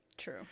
true